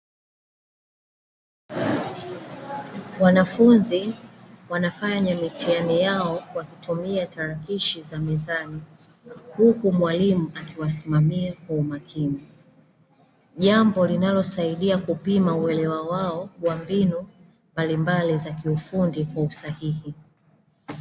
Wanafunzi wanafanya mitihani yao wakitumia tarakilishi za mezani, huku mwalimu akiwasimamie kwa umakini. Jambo linalosaidia kupima uelewa wao wa mbinu mbalimbali za kiufundi kwa usahihi.